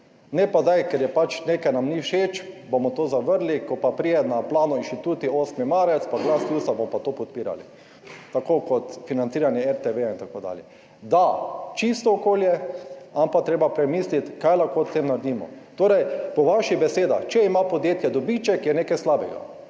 Ne pa zdaj, ker nam nekaj pač ni všeč, bomo to zavrnili, ko pa pride na plano Inštitut 8. marec pa Glas ljudstva, bomo pa to podpirali, tako kot financiranje RTV in tako dalje. Da, čisto okolje, ampak je treba premisliti, kaj lahko s tem naredimo. Po vaših besedah, če ima podjetje dobiček, je nekaj slabega.